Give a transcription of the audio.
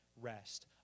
rest